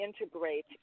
integrate